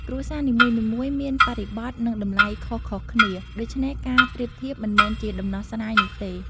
គ្រួសារនីមួយៗមានបរិបទ និងតម្លៃខុសៗគ្នា ដូច្នេះការប្រៀបធៀបមិនមែនជាដំណោះស្រាយនោះទេ។